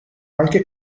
anche